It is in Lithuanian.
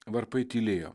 varpai tylėjo